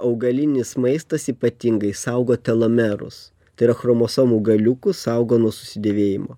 augalinis maistas ypatingai saugo telomerus tai yra chromosomų galiukus saugo nuo susidėvėjimo